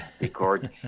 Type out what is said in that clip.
record